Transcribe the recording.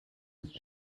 ist